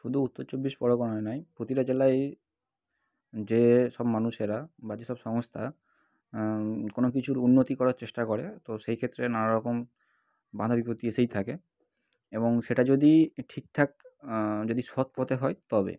শুধু উত্তর চব্বিশ পরগনায় নয় প্রতিটা জেলায়ই যেসব মানুষেরা বা যেসব সংস্থা কোনও কিছুর উন্নতি করার চেষ্টা করে তো সেইক্ষেত্রে নানারকম বাধা বিপত্তি এসেই থাকে এবং সেটা যদি ঠিকঠাক যদি সৎ পথে হয় তবে